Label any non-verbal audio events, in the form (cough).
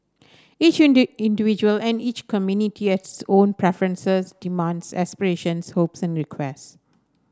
each (unintelligible) individual and each community has its own preferences demands aspirations hopes and requests